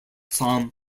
sam